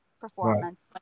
performance